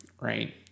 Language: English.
right